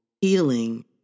healing